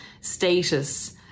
Status